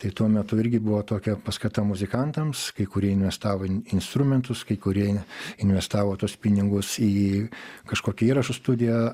tai tuo metu irgi buvo tokia paskata muzikantams kai kurie investavo instrumentus kai kurie investavo tuos pinigus į kažkokią įrašų studiją